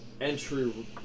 entry